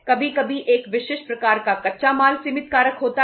कभी कभी एक विशिष्ट प्रकार का कच्चा माल सीमित कारक होता है